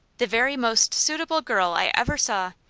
the very most suitable girl i ever saw,